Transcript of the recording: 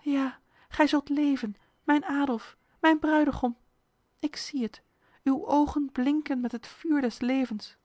ja gij zult leven mijn adolf mijn bruidegom ik zie het uw ogen blinken met het vuur des levens